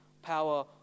power